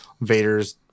vader's